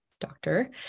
doctor